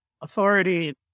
authority